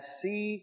see